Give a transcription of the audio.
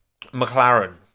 McLaren